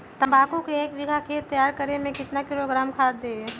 तम्बाकू के एक बीघा खेत तैयार करें मे कितना किलोग्राम खाद दे?